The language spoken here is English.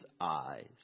eyes